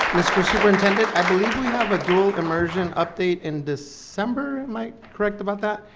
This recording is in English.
mr. superintendent, i believe we have a dual immersion update in december? am i correct about that?